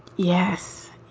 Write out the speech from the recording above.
yes.